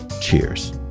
Cheers